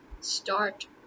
Start